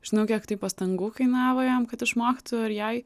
žinau kiek tai pastangų kainavo jam kad išmoktų ar jai